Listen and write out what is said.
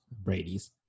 Brady's